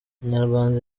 inyarwanda